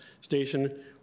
station